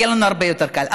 יהיה לנו הרבה יותר קל.